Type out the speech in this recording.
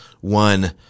One